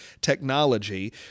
technology